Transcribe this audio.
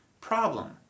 problem